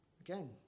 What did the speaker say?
Again